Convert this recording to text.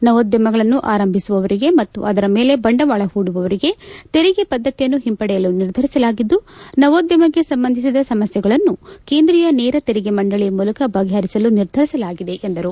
ನವೋದ್ಯಮಗಳನ್ನು ಆರಂಭಿಸುವವರಿಗೆ ಮತ್ತು ಅದರ ಮೇಲೆ ಬಂಡವಾಳ ಹೂಡುವವರಿಗೆ ಏಂಜಲ್ ತೆರಿಗೆ ಪದ್ಧತಿಯನ್ನು ಹಿಂಪಡೆಯಲು ನಿರ್ಧರಿಸಲಾಗಿದ್ದು ನವೋದ್ಯಮಕ್ಕೆ ಸಂಬಂಧಿಸಿದ ಸಮಸ್ಥೆಗಳನ್ನೂ ಕೇಂದ್ರೀಯ ನೇರ ತೆರಿಗೆ ಮಂಡಳಿಯ ಮೂಲಕ ಬಗೆಹರಿಸಲು ನಿರ್ಧರಿಸಲಾಗಿದೆ ಎಂದರು